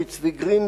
אורי צבי גרינברג,